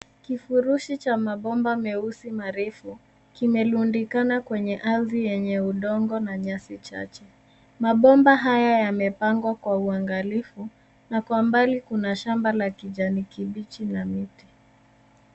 Kifurushi cha mabomba, meusi, marefu, kimerundikana kwenye ardhi yenye udongo na nyasi chache. Mabomba haya yamepangwa kwa uangalifu na kwa mbali kuna shamba la kijani kibichi la miti.